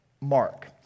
Mark